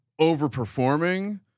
overperforming